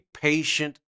patient